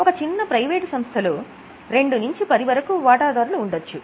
ఒక చిన్న ప్రైవేటు సంస్థ లో 2 నుంచి 10 వరకు వాటాదారులు ఉండొచ్చు